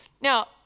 now